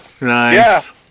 Nice